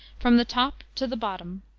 from the top to the bottom.